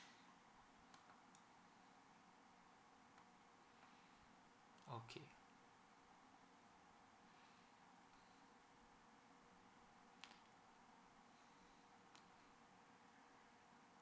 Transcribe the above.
okay